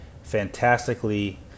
fantastically